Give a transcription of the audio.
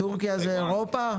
טורקיה זה אירופה?